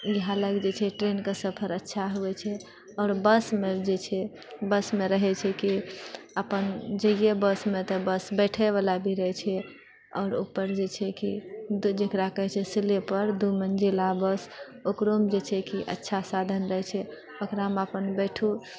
इएह लागी जे छै ट्रेनके सफर अच्छा होबए छै आओर बसमे जे छै बसमे रहए छै कि अपन जैऐ बसमे तऽ बस बैठए वला भी रहए छै आओर ऊपर जे छै कि जेकरा कहए छै स्लीपर दू मंजिला बस ओकरोमे जे छै कि अच्छा साधन रहए छै ओकरा अपन बैठूँ